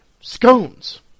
scones